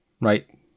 right